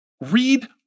read